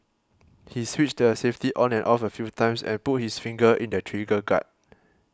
he switched the safety on and off a few times and put his finger in the trigger guard